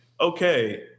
okay